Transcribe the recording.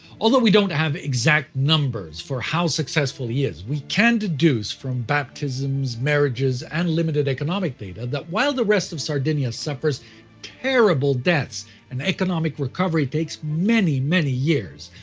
although we don't have exact numbers for how successful he is, we can deduce from baptisms, marriages, and limited economic data that while the rest of sardinia suffers terrible deaths and economic recovery takes many many years,